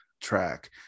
track